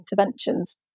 interventions